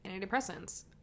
antidepressants